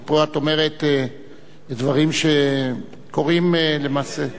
כי פה את אומרת דברים שקוראים למעשה,